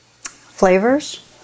flavors